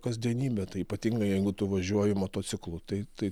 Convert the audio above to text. kasdienybė tai ypatingai jeigu tu važiuoji motociklu tai tai